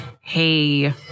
hey